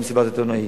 אחרי מסיבת עיתונאים.